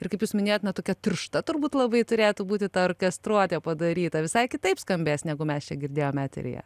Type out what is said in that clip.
ir kaip jūs minėjot na tokia tiršta turbūt labai turėtų būti ta orkestruotė padaryta visai kitaip skambės negu mes čia girdėjom eteryje